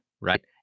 right